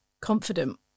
confident